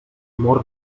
amor